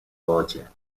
wodzie